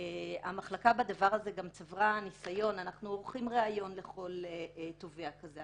המחלקה גם צברה ניסיון בדבר הזה אנחנו עורכים ריאיון לכל תובע כזה,